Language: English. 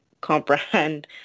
comprehend